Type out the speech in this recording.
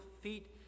Feet